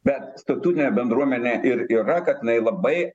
bet statutinė bendruomenė ir yra kad jinai labai